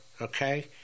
okay